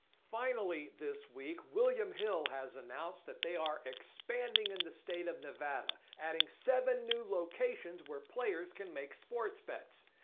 finally this week, william hill has announce that they are expanding in the state of nevada. adding seven new where players can make sports bets.